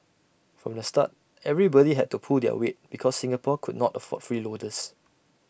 from the start everybody had to pull their weight because Singapore could not afford freeloaders